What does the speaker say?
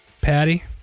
Patty